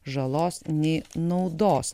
žalos nei naudos